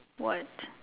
what